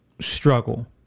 Struggle